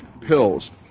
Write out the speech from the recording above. pills